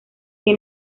que